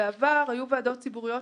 היו בעבר ועדות ציבוריות,